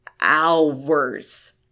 hours